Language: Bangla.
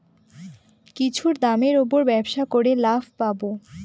কিছুর দামের উপর ব্যবসা করে লাভ পাবো